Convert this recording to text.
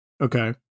Okay